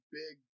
big